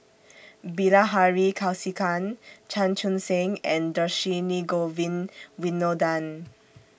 Bilahari Kausikan Chan Chun Sing and Dhershini Govin Winodan